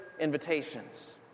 invitations